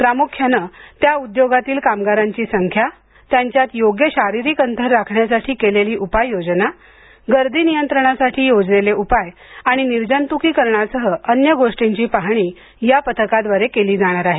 प्रामुख्यानं त्या उद्योगातील कामगारांची संख्या त्यांच्यात योग्य शारीरिक अंतर राखण्यासाठी केलेली उपाय योजना गर्दी नियंत्रणासाठी योजलेले उपाय आणि निर्जंतुकीकरणासह अन्य गोष्टींची पाहणी या पथकाद्वारे केली जाणार आहे